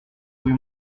rue